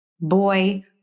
boy